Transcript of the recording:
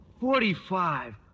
forty-five